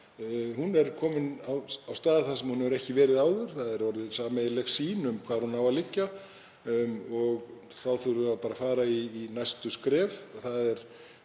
Hún er komin á stað þar sem hún hefur ekki verið áður. Það er komin sameiginleg sýn á hvar hún eigi að liggja og þá þurfum við bara að fara í næstu skref,